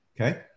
Okay